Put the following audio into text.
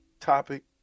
Topic